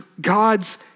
God's